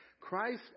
Christ